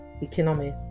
economy